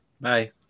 Bye